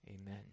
Amen